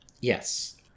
Yes